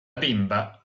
bimba